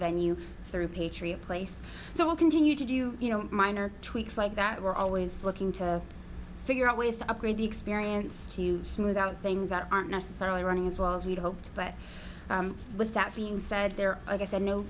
venue through patriot place so we'll continue to do you know minor tweaks like that we're always looking to figure out ways to upgrade the experience to smooth out things that aren't necessarily running as well as we'd hoped but with that being said there i said no